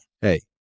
Hey